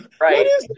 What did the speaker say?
Right